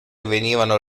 venivano